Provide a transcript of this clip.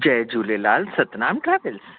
जय झूलेलाल सतनाम साखी